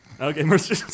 Okay